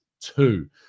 two